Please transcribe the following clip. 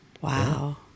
Wow